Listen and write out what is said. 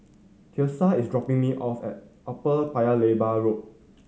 Tiesha is dropping me off at Upper Paya Lebar Road